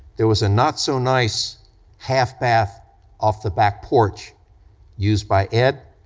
there was a not so nice half bath off the back porch used by ed,